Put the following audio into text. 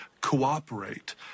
cooperate